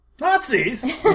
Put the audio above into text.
Nazis